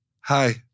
Hi